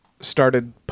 started